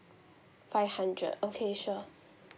five hundred okay sure